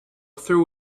through